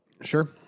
Sure